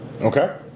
Okay